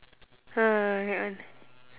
ah that one